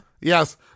Yes